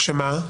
שמה?